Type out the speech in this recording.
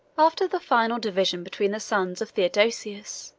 after the final division between the sons of theodosius,